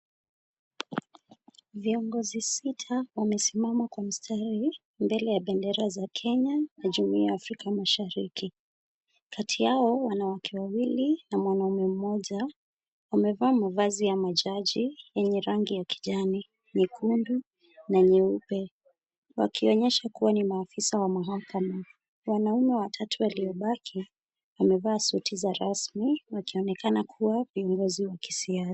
Viongozi sita wamesimama kwa mstari mbele ya bendera za Kenya na jumuiya ya Afrika Mashariki. Kati yao, wanawake wawili na mwanaume mmoja, wamevaa mavazi ya majaji yenye rangi ya kijani, nyekundu na nyeupe, wakionyesha kuwa ni maafisa wa mahakama. Wanaume watatu waliobaki wamevaa suti za rasmi wakionekana kuwa viongozi wa kisiasa.